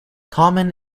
common